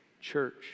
church